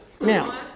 Now